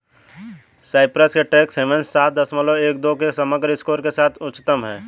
Cyprus के tax havens सात दशमलव एक दो के समग्र स्कोर के साथ उच्चतम हैं